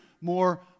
more